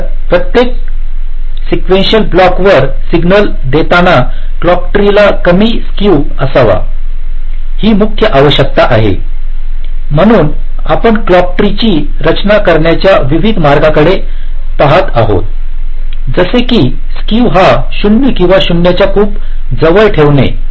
तर प्रत्येक स्क्विन्शियल ब्लॉकवर सिग्नल देताना क्लॉक ट्री ला कमी स्क्यू असावा ही मुख्य आवश्यकता आहे म्हणून आपण क्लॉक ट्री ची रचना करण्याच्या विविध मार्गांकडे पाहत आहोत जसे की स्क्यू हा 0 किंवा 0 च्या खूप जवळ ठेवणे